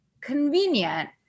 convenient